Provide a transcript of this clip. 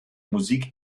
musik